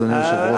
אדוני היושב-ראש.